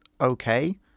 okay